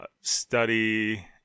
study